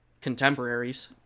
contemporaries